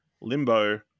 Limbo